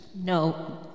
No